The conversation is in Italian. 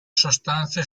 sostanze